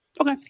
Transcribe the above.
Okay